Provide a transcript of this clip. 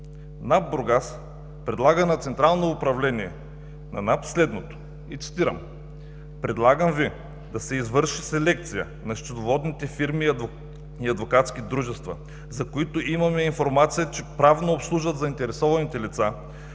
НАП Бургас предлага на Централно управление на НАП следното, цитирам: